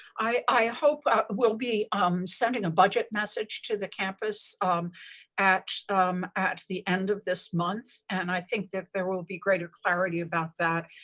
i hope we'll be um sending a budget message to the campus at um at the end of this month, and i think that there will be greater clarity about that,